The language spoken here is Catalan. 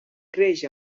creix